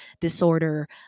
Disorder